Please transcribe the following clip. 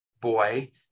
boy